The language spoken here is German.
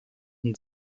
und